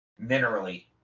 minerally